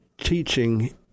teaching